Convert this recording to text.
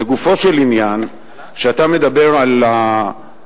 לגופו של עניין, כשאתה מדבר על הרגרסיביות